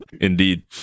Indeed